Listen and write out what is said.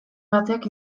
batek